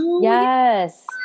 yes